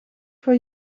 for